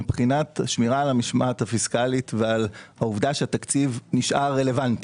מבחינת שמירת המשמעת הפיסקלית ועל העובדה שהתקציב נשאר רלוונטי.